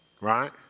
Right